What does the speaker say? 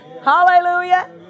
Hallelujah